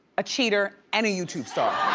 a cheater, and a youtube star.